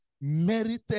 merited